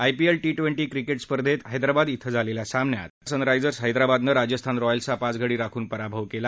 IPL cricket स्पर्धेत काल हैदराबाद ें झालेल्या सामन्यात सन रायझर्स हैदराबादनं राजस्थान रॅयल्सचा पाच गडी राखून पराभव केला